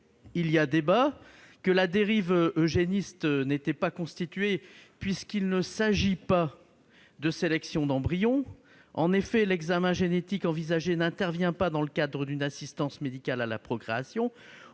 Il nous a semblé que la dérive eugénique n'était pas constituée puisqu'il ne s'agit pas de sélection d'embryons. En effet, l'examen génétique envisagé n'intervient pas dans le cadre d'une assistance médicale à la procréation.